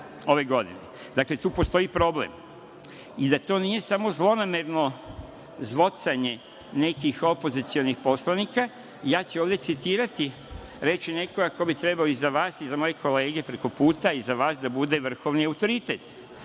ove godine. Dakle, tu postoji problem. Da to nije samo zlonamerno zvocanje nekih opozicionih poslanika, ja ću ovde citirati reči nekoga ko bi trebao i za vas i za moje kolege preko puta da bude vrhovni autoritet.